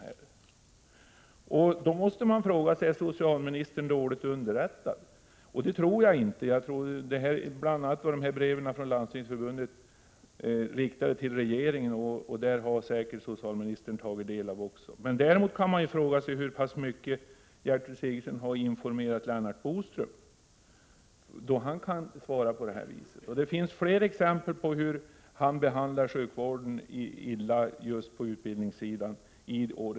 Då måste man fråga sig: Är socialministern dåligt underrättad? Nej, det tror jag inte. Breven från Landstingsförbundet har bl.a. varit riktade till regeringen, och socialministern har säkert tagit del av dem. Däremot kan man fråga sig hur pass mycket Gertrud Sigurdsen har informerat Lennart Bodström, eftersom han kan säga som han gör. Det finns flera exempel i årets budgetproposition på hur illa han behandlar sjukvården när det gäller utbildningssidan.